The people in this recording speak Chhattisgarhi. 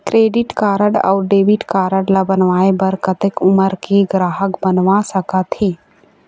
क्रेडिट कारड अऊ डेबिट कारड ला बनवाए बर कतक उमर के ग्राहक बनवा सका थे?